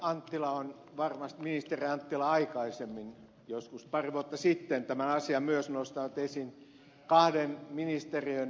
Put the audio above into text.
ministeri anttila on varmasti aikaisemmin joskus pari vuotta sitten tämän asian myös nostanut esiin kahden ministeriön yhdistämisen